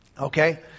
Okay